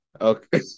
Okay